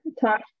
talk